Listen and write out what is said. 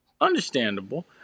Understandable